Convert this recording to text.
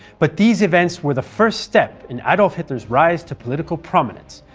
but these events were the first step in adolf hitler's rise to political prominence,